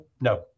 No